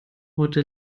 heute